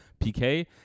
PK